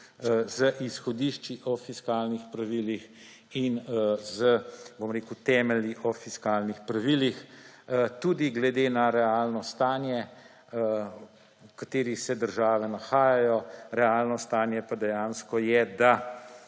z izhodišči o fiskalnih pravilih in s temelji o fiskalnih pravilih, tudi glede na realno stanje, v katerem se države nahajajo. Realno stanje pa dejansko je, da